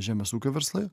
žemės ūkio verslai